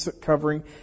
covering